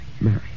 Mary